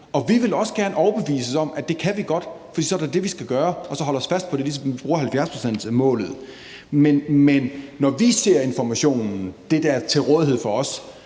og vi vil også gerne overbevises om, at det kan vi godt, for så er det da det, vi skal gøre, og så skal vi holdes fast på det ligesom med 70-procentsmålet. Men når vi ser den information, der er til rådighed for os,